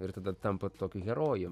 ir tada tampa tokiu herojum